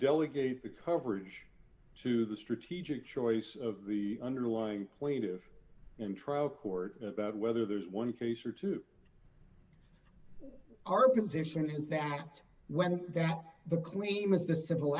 delegate the coverage to the strategic choice of the underlying plaintive and trial court about whether there's one case or two our position has that when that the claim is the